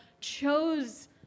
chose